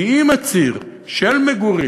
כי אם הציר של מגורים,